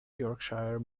yorkshire